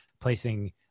placing